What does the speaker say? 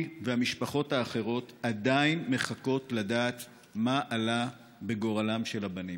היא והמשפחות האחרות עדיין מחכות לדעת מה עלה בגורלם של הבנים.